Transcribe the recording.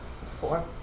Four